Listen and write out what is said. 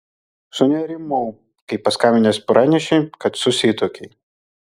sunerimau kai paskambinęs pranešei kad susituokei